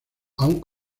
aún